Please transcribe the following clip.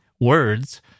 words